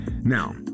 Now